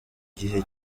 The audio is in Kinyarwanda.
gihe